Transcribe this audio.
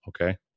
Okay